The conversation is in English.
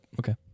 Okay